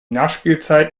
nachspielzeit